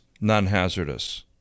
Non-hazardous